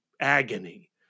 agony